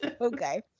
Okay